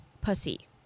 pussy